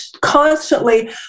constantly